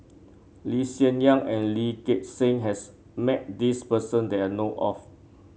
Lee Hsien Yang and Lee Gek Seng has met this person that I know of